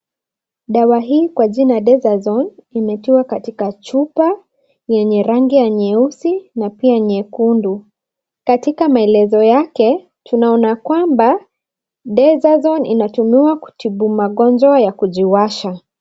Dawa hii kwa jina Dexazone imetiwa katika chupa yenye rangi ya nyeusi na pia nyekundu. Katika maelezo yake tunaona kwamba Dexazone inatumiwa kutibu magonjwa ya kujiwasha.